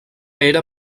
era